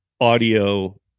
audio